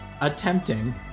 attempting